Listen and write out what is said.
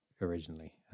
originally